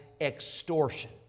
extortion